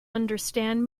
understand